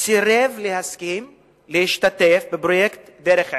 סירב להשתתף בפרויקט "דרך ערך".